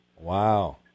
Wow